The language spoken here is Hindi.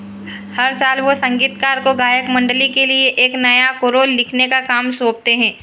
हर साल वह संगीतकार को गायक मंडली के लिए एक नया कोरोल लिखने का काम सौंपते हैं